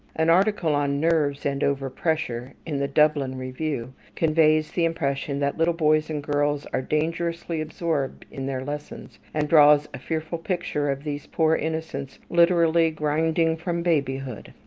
an article on nerves and over-pressure in the dublin review conveys the impression that little boys and girls are dangerously absorbed in their lessons, and draws a fearful picture of these poor innocents literally grinding from babyhood.